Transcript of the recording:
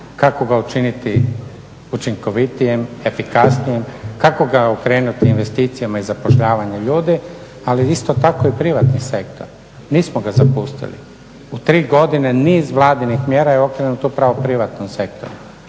kako ga učiniti učinkovitijem, efikasnijim, kako ga okrenuti investicijama i zapošljavanje ljudi, ali isto tako i privatni sektor, nismo ga zapustili. U tri godine niz vladinih mjera je okrenut upravo privatnom sektoru,